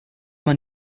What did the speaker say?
man